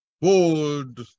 bold